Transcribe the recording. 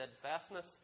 steadfastness